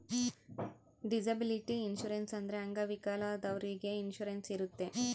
disability insurance ಅಂದ್ರೆ ಅಂಗವಿಕಲದವ್ರಿಗೆ insurance ಇರುತ್ತೆ